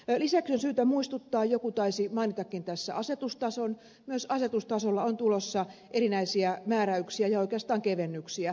lisäksi on syytä muistuttaa joku taisi mainitakin tässä asetustason että myös asetustasolla on tulossa erinäisiä määräyksiä ja oikeastaan kevennyksiä